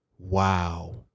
Wow